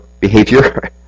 behavior